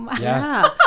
Yes